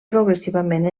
progressivament